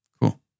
Cool